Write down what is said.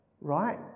right